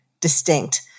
distinct